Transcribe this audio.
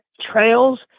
trails